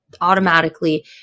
automatically